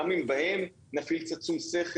גם אם בהם נפעיל קצת שום שכל.